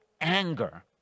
anger